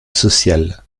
sociale